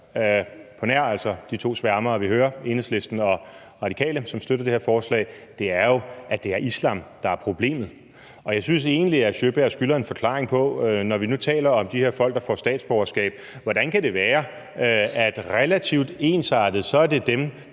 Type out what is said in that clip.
på nær altså de to sværmere, vi hører, nemlig Enhedslisten og Radikale, som støtter det her forslag. Det er jo islam, der er problemet. Jeg synes egentlig, at hr. Nils Sjøberg skylder en forklaring. Når vi nu taler om de her folk, der får statsborgerskab, hvordan kan det så være, at det relativt ensartet er dem med